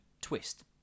twist